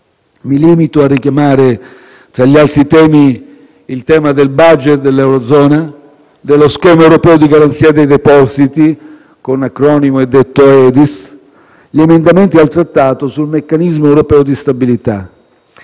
Mi limito a richiamare, tra gli altri, i temi del *budget* dell'Eurozona, dello schema europeo di garanzia dei depositi (il cosiddetto EDIS) e degli emendamenti al Trattato sul meccanismo europeo di stabilità.